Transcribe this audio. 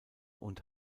und